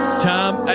tom.